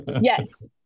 yes